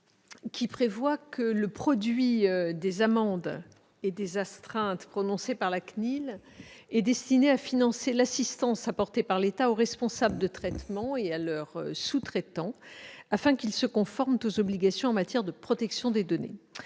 qui prévoit que le produit des amendes et des astreintes prononcées par la CNIL est destiné à financer l'assistance apportée par l'État aux responsables de traitement et à leurs sous-traitants, afin que ceux-ci se conforment aux obligations en vigueur en matière de protection des données.